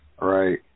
right